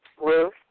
Ruth